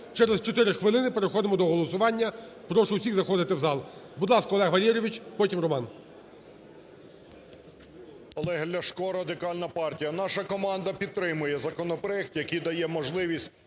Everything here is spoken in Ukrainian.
Через 4 хвилини переходимо до голосування. Прошу всіх заходити в зал. Будь ласка, Олег Валерійович, потім – Роман. 13:22:01 ЛЯШКО О.В. Олег Ляшко, Радикальна партія. Наша команда підтримує законопроект, який дає можливість